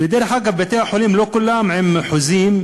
ודרך אגב, בתי-החולים, לא כולם עם חוזים.